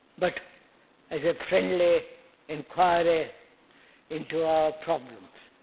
but as a friendly enquiry into our problems.